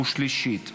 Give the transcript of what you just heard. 16, שלושה מתנגדים.